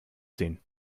ziehen